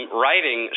writing